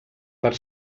per